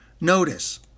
Notice